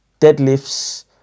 deadlifts